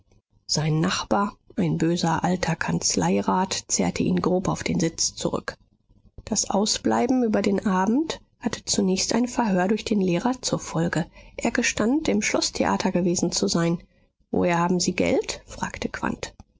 sein nachbar ein böser alter kanzleirat zerrte ihn grob auf den sitz zurück das ausbleiben über den abend hatte zunächst ein verhör durch den lehrer zur folge er gestand im schloßtheater gewesen zu sein woher haben sie geld fragte